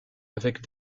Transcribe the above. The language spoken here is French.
avec